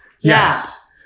Yes